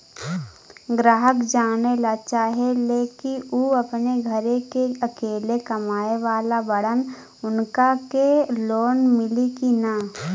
ग्राहक जानेला चाहे ले की ऊ अपने घरे के अकेले कमाये वाला बड़न उनका के लोन मिली कि न?